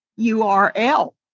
URL